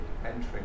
entering